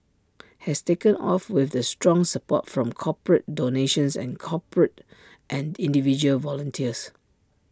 has taken off with the strong support from corporate donations and corporate and individual volunteers